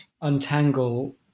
untangle